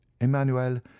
emmanuel